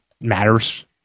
matters